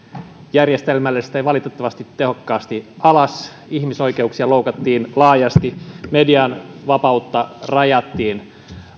järjestelmällisesti ja valitettavasti tehokkaasti alas ihmisoikeuksia loukattiin laajasti ja median vapautta rajattiin